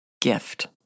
gift